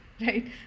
right